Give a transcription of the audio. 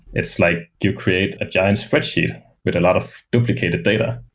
it's like you create a giant spreadsheet with a lot of duplicated data.